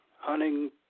hunting